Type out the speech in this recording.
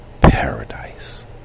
paradise